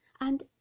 and